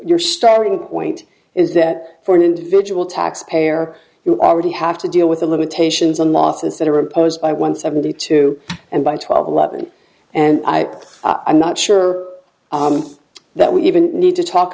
your starting point is that for an individual taxpayer you already have to deal with the limitations on lawsuits that are imposed by one seventy two and by twelve eleven and i am not sure that we even need to talk